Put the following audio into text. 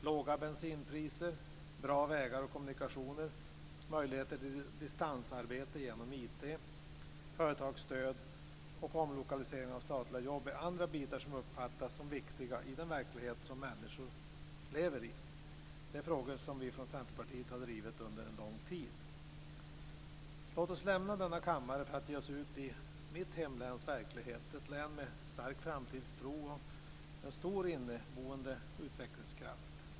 Låga bensinpriser, bra vägar och kommunikationer, möjligheter till distansarbete genom IT, företagsstöd och omlokalisering av statliga jobb är andra bitar som uppfattas som viktiga i den verklighet som människor lever i. Det är frågor som vi från Centerpartiet har drivit under en lång tid. Låt oss lämna denna kammare för att ge oss ut i mitt hemläns verklighet - ett län med stark framtidstro och en stor inneboende utvecklingskraft.